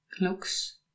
Looks